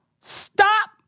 Stop